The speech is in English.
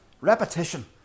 Repetition